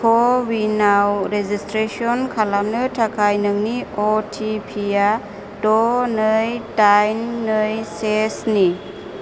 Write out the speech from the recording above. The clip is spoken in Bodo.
क' विनाव रेजिसट्रेसन खालामनो थाखाय नोंनि अ टि पि आ द' नै दाइन नै से स्नि